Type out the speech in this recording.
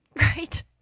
Right